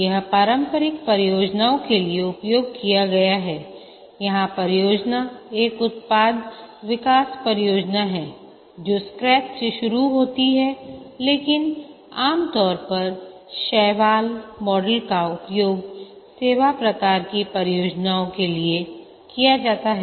यह पारंपरिक परियोजनाओं के लिए उपयोग किया गया है जहां परियोजना एक उत्पाद विकास परियोजना है जो स्क्रैच से शुरू होती है लेकिन आमतौर पर शैवाल मॉडल का उपयोग सेवा प्रकार की परियोजनाओं के लिए किया जाता है